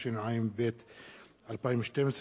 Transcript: התשע"ב 2012,